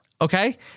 Okay